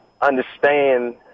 understand